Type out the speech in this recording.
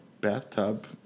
bathtub